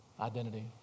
identity